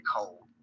Cold